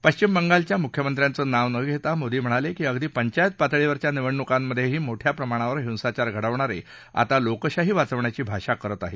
पश्चिम बंगालच्या मुख्यमंत्र्यांचं नाव न घेता मोदी म्हणाले की अगदी पंचायत पातळीवरच्या निवडणुकांमध्येही मोठ्या प्रमाणावर हिसाचार घडवणारे आता लोकशाही वाचवण्याची भाषा करत आहेत